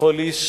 לכל איש